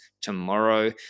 tomorrow